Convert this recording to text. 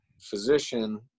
physician